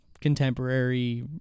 contemporary